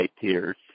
tears